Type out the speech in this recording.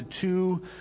two